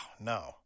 no